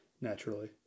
naturally